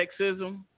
sexism